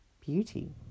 beauty